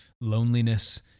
loneliness